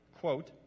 quote